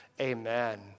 amen